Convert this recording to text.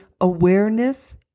awareness